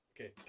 okay